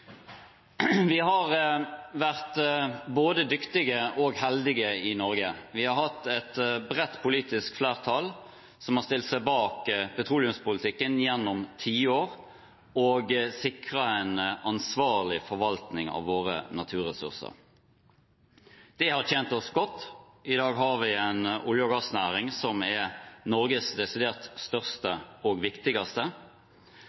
Vi har vært både dyktige og heldige i Norge. Vi har hatt et bredt politisk flertall som har stilt seg bak petroleumspolitikken gjennom tiår og sikret en ansvarlig forvaltning av våre naturressurser. Det har tjent oss godt, i dag har vi en olje- og gassnæring som er Norges desidert